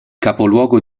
capoluogo